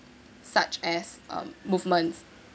such as um movement